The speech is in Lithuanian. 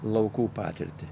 laukų patirtį